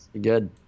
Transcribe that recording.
Good